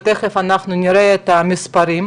ותכף אנחנו נראה את המספרים.